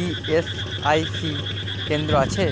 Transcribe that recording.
ESIC কেন্দ্র আছে